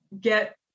get